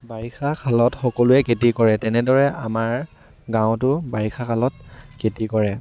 বাৰিষা কালত সকলোৱে খেতি কৰে তেনেদৰে আমাৰ গাঁৱতো বাৰিষা কালত খেতি কৰে